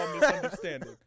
misunderstanding